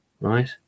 right